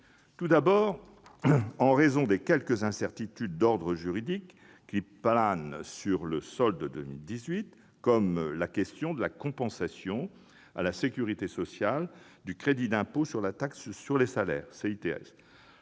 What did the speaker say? en raison notamment des quelques incertitudes d'ordre juridique qui planent sur le solde de 2018. Je pense par exemple à la question de la compensation à la sécurité sociale du crédit d'impôt sur la taxe sur les salaires, le CITS.